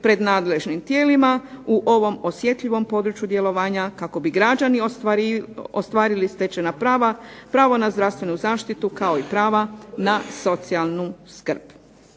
pred nadležnim tijelima u ovom osjetljivom području djelovanja kako bi građani ostvarili stečena prava, pravo na zdravstvenu zaštitu kao i prava na socijalnu skrb.